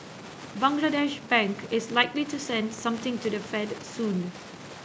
Bangladesh Bank is likely to send something to the Fed soon